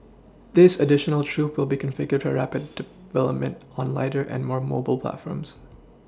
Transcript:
this additional troop will be configured for rapid development on lighter and more mobile platforms